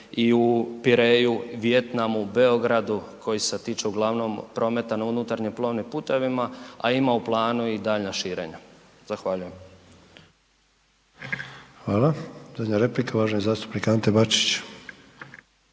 i u Pireju, Vijetnamu, Beogradu koji se tiču uglavnom prometa na unutarnjim plovnim putevima a ima u planu i daljnja širenja. Zahvaljujem. **Sanader, Ante (HDZ)** Hvala. Zadnja replika, uvaženi zastupnik Ante Bačić.